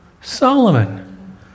Solomon